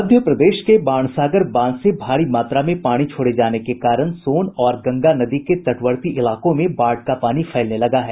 मध्य प्रदेश के बाणसागर बांध से भारी मात्रा में पानी छोड़े जाने के कारण सोन और गंगा नदी के तटवर्ती इलाकों में बाढ़ का पानी फैलने लगा है